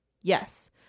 Yes